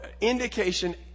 indication